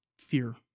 Fear